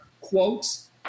quotes